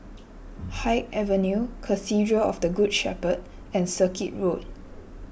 Haig Avenue Cathedral of the Good Shepherd and Circuit Road